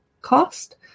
cost